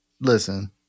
listen